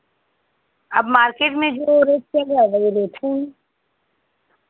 अब मार्केट में जो रेट चल रहा वही रेट है